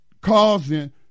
causing